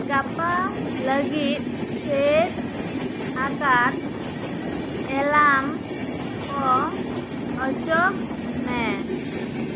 ᱜᱟᱯᱟ ᱞᱟ ᱜᱤᱫ ᱥᱮᱴ ᱟᱠᱟᱫ ᱮᱞᱟᱢ ᱠᱚ ᱚᱪᱚᱜᱽ ᱢᱮ